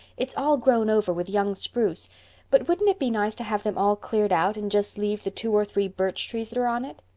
it's all grown over with young spruce but wouldn't it be nice to have them all cleared out, and just leave the two or three birch trees that are on it?